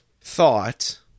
thought